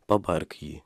pabark jį